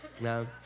no